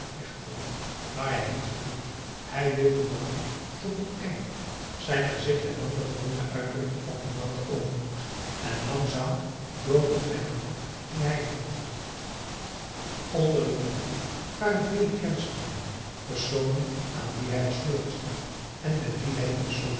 weg te loopen maar hij hield zich goed hij wilde dat doen tot het einde zijn gezicht hernam de gewone uitdrukking van pedanten overmoed en langzaam dood op zijn gemak ging hij heen onder het publiek waren vele kennissen van hem personen aan wie hij was voorgesteld en met wie hij in de